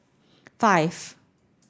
five